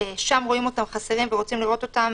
הם חסרים שם ואנחנו רוצים לראות אותם